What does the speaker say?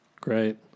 Great